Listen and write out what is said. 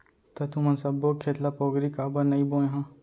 त तुमन सब्बो खेत ल पोगरी काबर नइ बोंए ह?